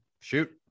Shoot